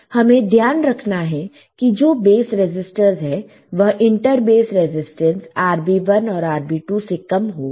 तो हमें ध्यान रखना है कि जो बेस रेसिस्टर्स है वह इंटरबेस रेजिस्टेंस RB1 और RB2 से कम हो